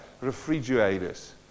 refrigerators